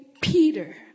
Peter